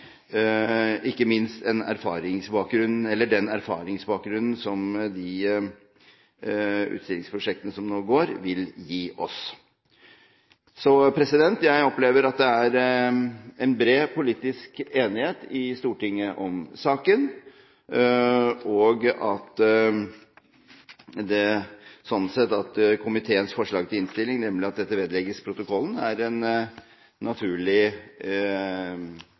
ikke minst den erfaringsbakgrunnen som de utstillingsprosjektene som nå går, vil gi oss. Jeg opplever at det er en bred politisk enighet i Stortinget om saken, og at komiteens forslag til vedtak i innstillingen, nemlig at dette vedlegges protokollen, er naturlig